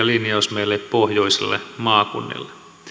linjaus meille pohjoisille maakunnille